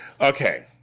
Okay